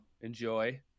enjoy